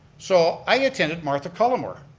so i attended martha cullimore.